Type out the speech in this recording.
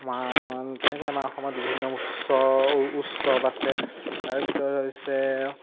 তেনেকৈ আমাৰ অসমত বিভিন্ন উৎসৱ উৎসৱ আছে তাৰ ভিতৰত হৈছে